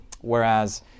whereas